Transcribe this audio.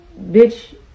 bitch